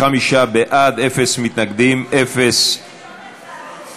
65 בעד, אין מתנגדים, אין נמנעים.